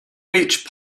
beach